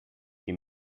qui